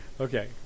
Okay